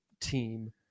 team